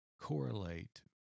correlate